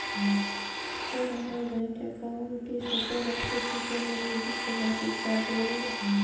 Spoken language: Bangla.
স্যার আমার ব্যাঙ্ক একাউন্টটি সচল রাখতে কি কোনো নির্দিষ্ট মাসিক চার্জ লাগবে?